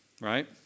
right